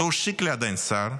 מדוע שקלי עדיין שר?